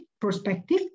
perspective